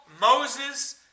Moses